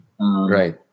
Right